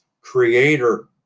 creator